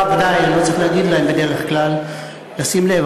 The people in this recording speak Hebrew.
לבני משפחה בוודאי לא צריך להגיד בדרך כלל לשים לב,